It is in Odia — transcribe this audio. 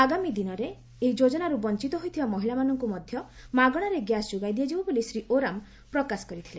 ଆଗାମୀ ଦିନରେ ଏହି ଯୋଜନାର୍ ବଞ୍ଚତ ହୋଇଥିବା ମହିଳାମାନଙ୍ଙ ମଧ୍ଧ ମାଗଶାରେ ଗ୍ୟାସ୍ ଯୋଗାଇ ଦିଆଯିବ ବୋଲି ଶ୍ରୀ ଓରାମ୍ ପ୍ରକାଶ କରିଥିଲେ